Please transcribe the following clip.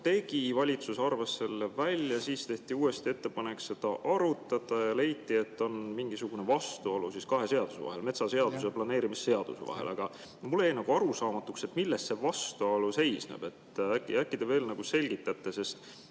tegi, valitsus arvas selle välja, siis tehti uuesti ettepanek seda arutada ja leiti, et on mingisugune vastuolu kahe seaduse vahel, metsaseaduse ja planeerimisseaduse vahel. Aga mulle jäi arusaamatuks, milles see vastuolu seisneb. Äkki te veel selgitaksite